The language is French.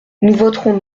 voterons